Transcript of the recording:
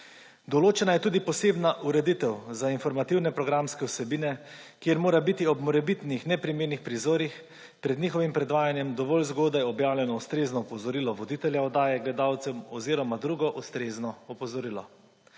Določena je tudi posebna ureditev za informativne programske vsebine, kjer mora biti ob morebitnih neprimernih prizorih pred njihovim predvajanjem dovolj zgodaj objavljeno ustrezno opozorilo voditelja oddaje gledalcem oziroma drugo ustrezno opozorilo.